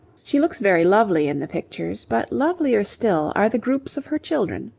she looks very lovely in the pictures, but lovelier still are the groups of her children.